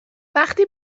وقتی